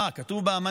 מה, כתוב באמנה?